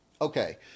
Okay